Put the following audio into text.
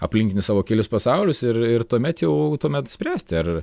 aplinkinius savo kelis pasaulius ir ir tuomet jau tuomet spręsti ar